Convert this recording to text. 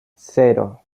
cero